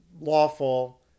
lawful